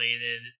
related